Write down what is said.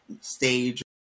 stage